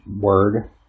word